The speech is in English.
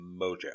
Mojo